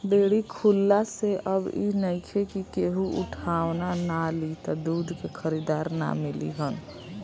dairy खुलला से अब इ नइखे कि केहू उठवाना ना लि त दूध के खरीदार ना मिली हन